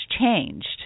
changed